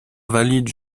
valide